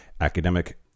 Academic